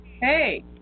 Hey